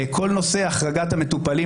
כל נושא החרגת המטופלים,